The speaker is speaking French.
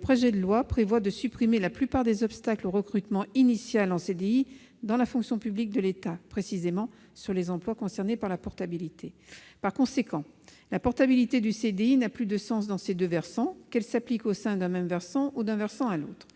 projet de loi prévoit en outre de supprimer la plupart des obstacles au recrutement initial en CDI dans la fonction publique de l'État, précisément sur les emplois concernés par la portabilité. Par conséquent, la portabilité du CDI n'a plus de sens dans ces deux versants de la fonction publique, qu'elle s'applique au sein d'un même versant ou d'un versant à l'autre.